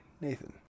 nathan